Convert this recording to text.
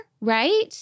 right